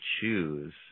choose